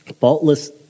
faultless